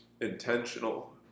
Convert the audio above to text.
intentional